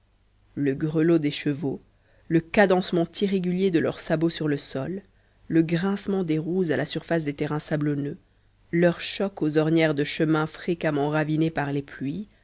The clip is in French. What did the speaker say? le grelot des chevaux le cadencement irrégulier de leurs sabots sur le sol le grincement des roues à la surface des terrains sablonneux leur choc aux ornières de chemins fréquemment ravinés par les pluies